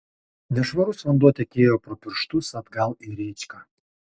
nešvarus vanduo tekėjo pro pirštus atgal į rėčką